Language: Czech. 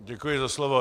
Děkuji za slovo.